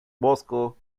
bosco